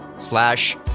slash